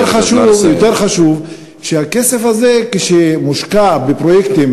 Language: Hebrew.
יותר חשוב הוא שכשהכסף הזה מושקע בפרויקטים